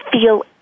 feel